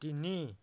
তিনি